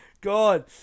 God